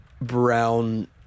brown